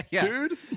dude